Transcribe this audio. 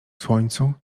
słońcu